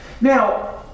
Now